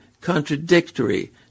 contradictory